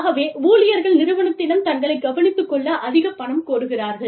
ஆகவே ஊழியர்கள் நிறுவனத்திடம் தங்களைக் கவனித்துக் கொள்ள அதிகப் பணம் கோருகிறார்கள்